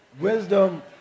wisdom